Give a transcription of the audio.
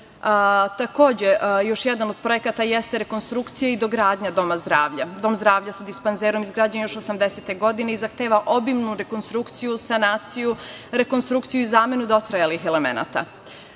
terenu. Još jedan od projekata jeste rekonstrukcija i dogradnja doma zdravlja. Dom zdravlja sa dispanzerom izgrađen je još 1980. godine i zahteva obimnu rekonstrukciju, sanaciju, rekonstrukciju i zamenu dotrajalih elemenata. Dalje,